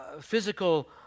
physical